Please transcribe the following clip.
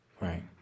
Right